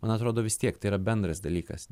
man atrodo vis tiek tai yra bendras dalykas